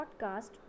podcast